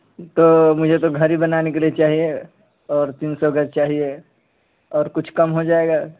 تو مجھے تو گھر ہی بنانے کے لیے چاہیے اور تین سو گز چاہیے اور کچھ کم ہو جائے گا